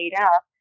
up